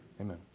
Amen